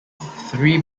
three